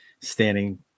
standing